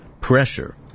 pressure